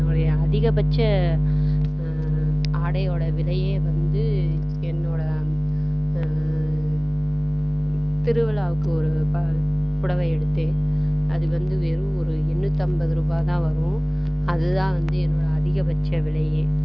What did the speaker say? என்னுடைய அதிகபட்ச ஆடையோடய விலையே வந்து என்னோடய திருவிழாவுக்கு ஒரு புடவை எடுத்தேன் அது வந்து வெறும் ஒரு எண்ணூற்றைம்பது ரூபாய்தான் வரும் அதுதான் வந்து என்னோடய அதிகபட்ச விலையே